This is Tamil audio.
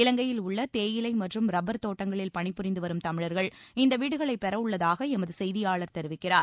இலங்கையில் உள்ள தேயிலை மற்றும் ரப்பர் தோட்டங்களில் பணி புரிந்து வரும் தமிழர்கள் இந்த வீடுகளை பெறவுள்ளதாக எமது செய்தியாளர் தெரிவிக்கிறார்